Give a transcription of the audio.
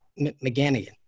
McGannigan